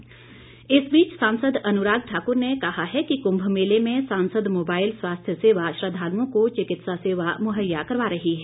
अनुराग ठाकुर इस बीच सांसद अनुराग ठाक्र ने कहा है कि कुंभ मेले में सांसद मोबाईल स्वास्थ्य सेवा श्रद्वालुओं को चिकित्सा सेवा मुंहैया करवा रही है